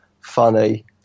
funny